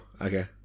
Okay